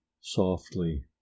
softly